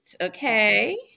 Okay